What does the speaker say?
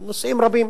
נושאים רבים.